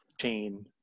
chain